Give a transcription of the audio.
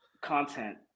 content